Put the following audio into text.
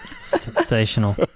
sensational